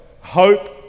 Hope